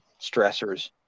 stressors